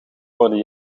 worden